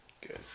Good